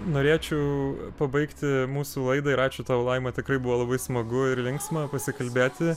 norėčiau pabaigti mūsų laidą ir ačiū tau laima tikrai buvo labai smagu ir linksma pasikalbėti